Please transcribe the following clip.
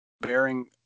bearing